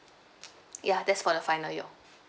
ya that's for the final year